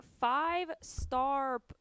five-star –